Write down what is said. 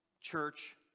church